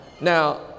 Now